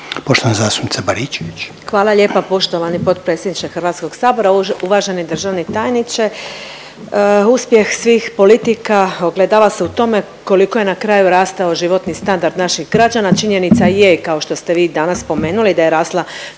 Danica (HDZ)** Hvala lijepa poštovani potpredsjedniče HS-a, uvaženi državni tajniče. Uspjeh svih politika ogledava se u tome koliko je na kraju rastao životni standard naših građana. Činjenica je, kao što ste vi i danas spomenuli, da je rasla